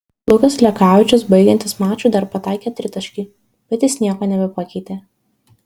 lukas lekavičius baigiantis mačui dar pataikė tritaškį bet jis nieko nebepakeitė